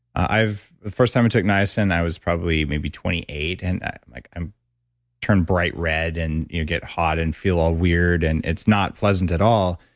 first time i took niacin, i was probably maybe twenty eight and like i'm turned bright red and you get hot and feel all weird and it's not pleasant at all.